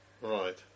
right